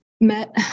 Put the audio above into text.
met